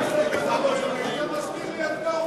אתה מזכיר לי את קורפו.